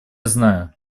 знаю